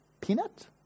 peanut